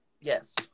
Yes